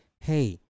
Hey